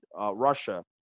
Russia